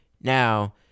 Now